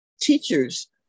teachers